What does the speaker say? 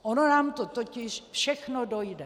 Ono nám to totiž všechno dojde.